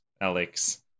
Alex